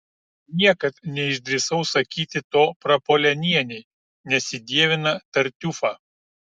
niekad neišdrįsau sakyti to prapuolenienei nes ji dievina tartiufą